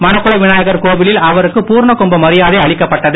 மணக்குள விநாயகர் கோவிலில் அவருக்கு பூர்ணகும்ப மரியாதை அளிக்கப்பட்டது